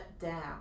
down